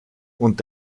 und